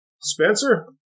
Spencer